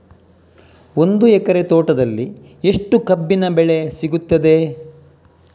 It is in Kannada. ಒಂದು ಎಕರೆ ತೋಟದಲ್ಲಿ ಎಷ್ಟು ಕಬ್ಬಿನ ಬೆಳೆ ಸಿಗುತ್ತದೆ?